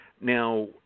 Now